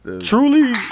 truly